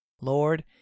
Lord